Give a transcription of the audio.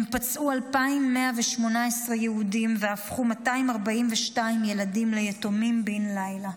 הם פצעו 2,118 יהודים והפכו 242 ילדים ליתומים בן לילה,